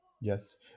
yes